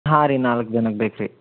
ಹಾಂ ರೀ ನಾಲ್ಕು ಜನಕ್ಕೆ ಬೇಕು ರೀ